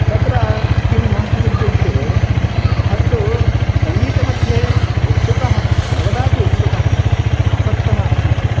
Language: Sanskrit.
तत्र किं जातमित्युक्ते अहं तु सङ्गीतमध्ये उत्सुकः सर्वदापि उत्सुकः आसक्तः आसीत्